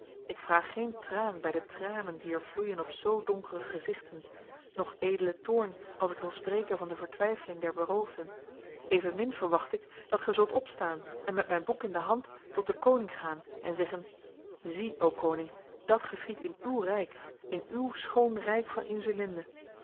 ik vraag geen traan by de tranen die er vloeien op zoo donkere gezichten noch edelen toorn als ik zal spreken van de vertwyfeling der beroofden evenmin verwacht ik dat ge zult opstaan en met myn boek in de hand tot den koning gaan en zeggen zie o koning dat geschiedt in uw ryk in uw schoon ryk van insulinde